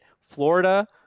Florida –